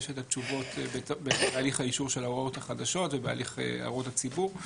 יש את התשובות בתהליך האישור של ההוראות החדשות ובהליך הערות הציבור.